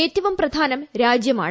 ഏറ്റവും പ്രധാനം രാജ്യമാണ്